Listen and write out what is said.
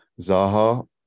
Zaha